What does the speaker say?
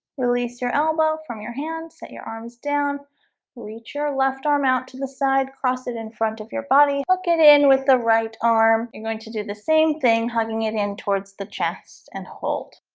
release your elbow from your hand set your arms down reach your left arm out to the side cross it in front of your body hook it in with the right arm you're going to do the same thing hugging it in towards the chest and hold